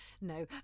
no